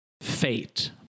fate